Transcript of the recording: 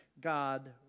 God